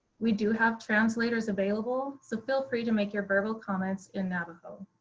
we do have translators available, so feel free to make your verbal comments in navajo.